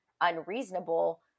unreasonable